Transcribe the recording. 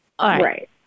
Right